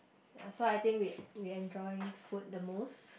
uh so I think we we enjoy food the most